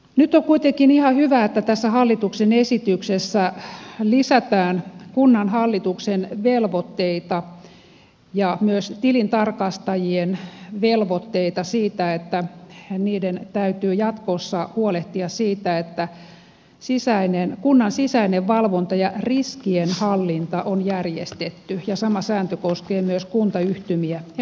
nyt on kuitenkin ihan hyvä että tässä hallituksen esityksessä lisätään kunnanhallituksen velvoitteita ja myös tilintarkastajien velvoitteita siitä että niiden täytyy jatkossa huolehtia siitä että kunnan sisäinen valvonta ja riskienhallinta on järjestetty ja sama sääntö koskee myös kuntayhtymiä ja liikelaitoksia